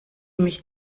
mich